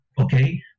okay